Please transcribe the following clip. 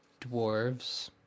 dwarves